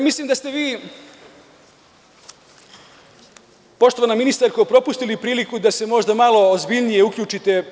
Mislim da ste vi, poštovana ministarko, propustili priliku da se možda malo ozbiljnije uključite.